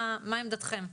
מה עמדכתם?